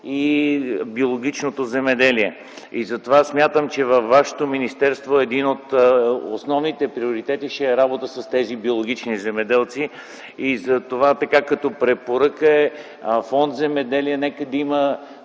и биологичното земеделие. Затова смятам, че във Вашето министерство един от основните приоритети ще е работа с тези биологични земеделци. Като препоръка - във Фонд „Земеделие” да има